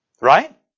Right